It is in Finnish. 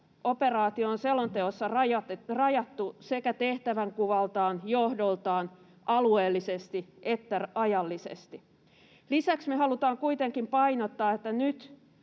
operaatio on selonteossa rajattu sekä tehtävänkuvaltaan, johdoltaan, alueellisesti että ajallisesti. Lisäksi me halutaan kuitenkin painottaa, että nyt